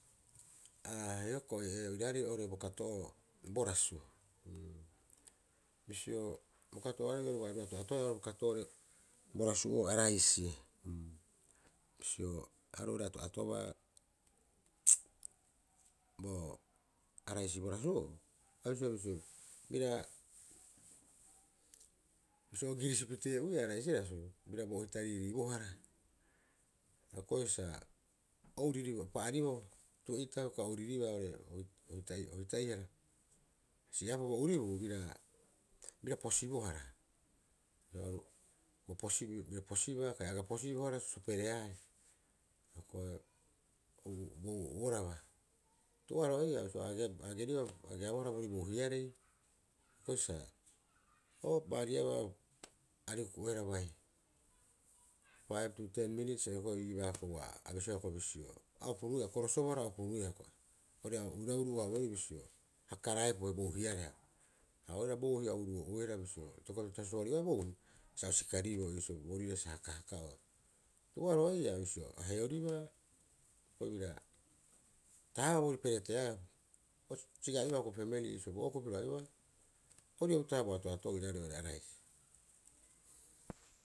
Aga hioko'i oiraarei oo'ore bo kato'oo bo rasu, bisio bo kato'ooarei aru ato'atoea bo rasu'oo araisi. Bisio aru oo'ore atoatobaa bo araisi bo rasu'oo. A bisiea bisio bira bisio o girisipitee'uiaa araisi rasu bira bo ohita ririibohara sa o uriiribouba o pa'ariboo tue'itau hioko'i auriribaa oo'ore ohita'ihara. O si'i- haaupa bo uribuu, biraa bira posibohara bira posibaa kai aga posibohara sosopereaae bo uo'uoraba. Tu'uoaroha ii'aa a- a ageribaa ageaboharaa borii bouhiarei ko'i sa, oo ba'ariabaa aarei huku'oeha bai paip tu teri minits hiko'i iibaa uaa abisiea hioko'i bisio a opuruuia a korosobohara a o puruuia hioko'i oirau uruu'o- haa'uerii bisio ha karaepuhe bouhi areha. Ha oo'ore bouhi au uruu'o'uihara bisio itokopapita suari'oeaa bouhi sa o sikariibo boorire sa hakahaka'oe. Tu'uaroha ii'oo bisio a heoribaa hioko'i bira tahabaa boorire pereteaae, siga ai'obaa hioko'i famili bo okuu piro ai'obaa. Ori ii'oo uta'aha bo ato'ato'oo oiraarei oo'ore araisi.